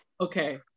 Okay